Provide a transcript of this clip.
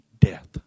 death